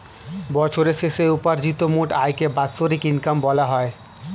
বছরের শেষে উপার্জিত মোট আয়কে বাৎসরিক ইনকাম বলা হয়